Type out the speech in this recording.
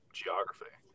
geography